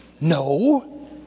No